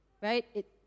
right